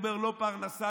אומר: לא פרנסה,